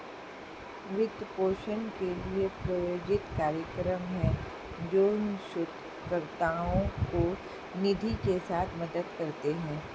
वित्त पोषण के लिए, प्रायोजित कार्यक्रम हैं, जो शोधकर्ताओं को निधि के साथ मदद करते हैं